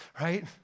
right